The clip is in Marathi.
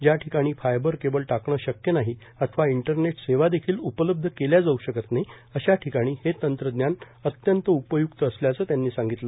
ज्या ठिकाणी फायबर केबल टाकणं शक्य नाही अथवा इंटरनेटसेवा देखिल उपलब्ध केल्या जाऊ शक्त नाही अशा ठिकाणी हे तंत्रज्ञान अत्यंत उपयुक्त असल्याचं त्यांनी सांगितलं